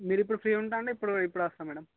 మీరు ఇప్పుడు ఫ్రీ ఉంటాను అంటే ఇప్పుడు ఇప్పుడే వస్తాను మేడం